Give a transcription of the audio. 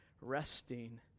resting